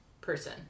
person